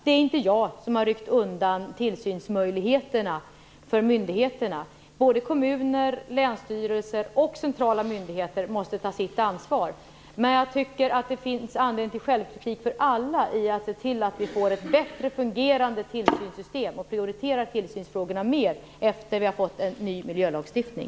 Det är inte jag som ryckt undan tillsynsmöjligheterna för myndigheterna. Både kommuner, länsstyrelser och centrala myndigheter måste ta sitt ansvar. Men jag tycker att det finns anledning till självkritik för alla. Vi måste se till att vi får ett bättre fungerande tillsynssystem och prioritera tillsynsfrågorna mer efter det att vi har fått en ny miljölagstiftning.